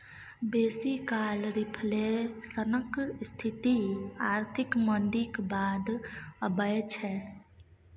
बेसी काल रिफ्लेशनक स्थिति आर्थिक मंदीक बाद अबै छै